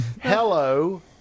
Hello